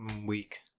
weak